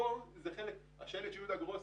גרוס